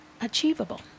Achievable